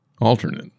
alternate